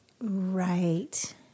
Right